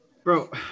Bro